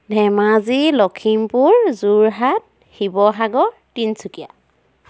Dhemaji Lakhimpur Jorhat Sivasagar Tinsukia